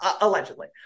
allegedly